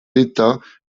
d’état